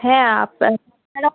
হ্যাঁ আপনারা